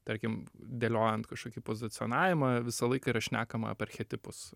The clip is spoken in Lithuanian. tarkim dėliojant kažkokį pozicionavimą visą laiką yra šnekama apie archetipus